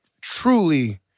truly